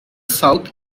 south